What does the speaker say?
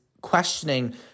questioning